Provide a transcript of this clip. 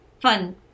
fun